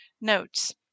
notes